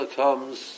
comes